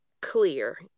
clear